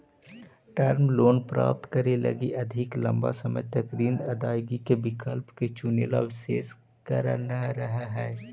term loan प्राप्त करे लगी अधिक लंबा समय तक ऋण अदायगी के विकल्प के चुनेला शेष कर न रहऽ हई